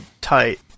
tight